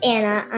Anna